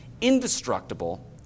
indestructible